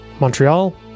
Montreal